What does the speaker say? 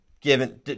Given